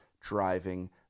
driving